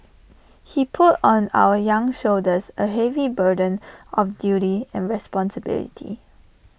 he put on our young shoulders A heavy burden of duty and responsibility